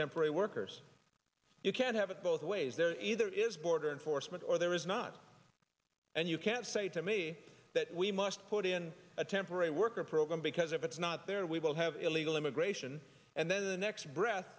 temporary workers you can't have it both ways they're either is border enforcement or there is not and you can't say to me that we must put in a temporary worker program because if it's not there we will have illegal immigration and then the next breath